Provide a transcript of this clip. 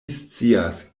scias